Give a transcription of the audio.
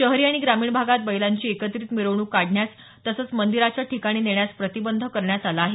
शहरी आणि ग्रामीण भागात बैलांची एकत्रित मिरवणूक काढण्यास तसंच मंदिराच्या ठिकाणी नेण्यास प्रतिबंध करण्यात आला आहे